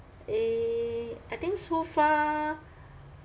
eh I think so far